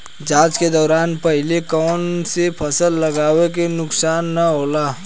जाँच के दौरान पहिले कौन से फसल लगावे से नुकसान न होला?